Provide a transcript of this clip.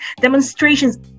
demonstrations